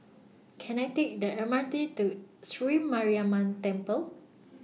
Can I Take The M R T to Sri Mariamman Temple